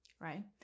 right